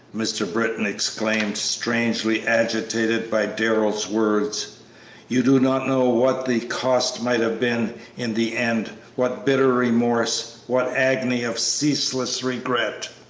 mr. britton exclaimed, strangely agitated by darrell's words you do not know what the cost might have been in the end what bitter remorse, what agony of ceaseless regret!